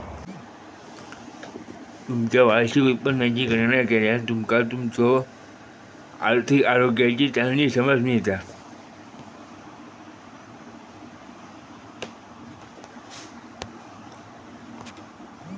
तुमचा वार्षिक उत्पन्नाची गणना केल्यान तुमका तुमच्यो आर्थिक आरोग्याची चांगली समज मिळता